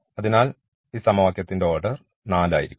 അതിനാൽ ഈ സമവാക്യത്തിന്റെ ഓർഡർ 4 ആയിരിക്കും